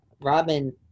Robin